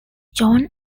john